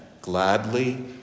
gladly